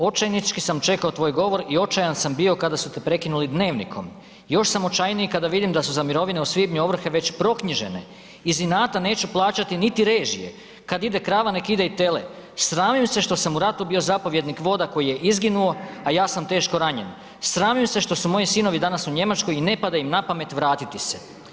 Očajnički sam čekao tvoj govor i očajan sam bio kada su te prekinuli dnevnikom, još sam očajniji kada vidim da su za mirovine u svibnju ovrhe već proknjižene, iz inata neću plaćati niti režije, kad ide krava nek ide i tele, sramim se što sam u ratu bio zapovjednik voda koji je izginuo, a ja sam teško ranjen, sramim se što su moji sinovi danas u Njemačkoj i ne pada im napamet vratiti se.